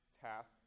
task